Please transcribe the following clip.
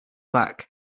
back